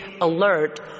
alert